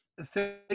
Thank